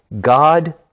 God